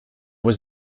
was